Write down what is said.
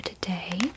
today